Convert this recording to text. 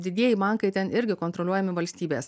didieji bankai ten irgi kontroliuojami valstybės